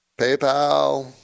PayPal